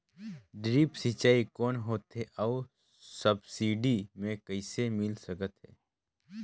Drip सिंचाई कौन होथे अउ सब्सिडी मे कइसे मिल सकत हे?